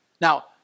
Now